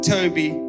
Toby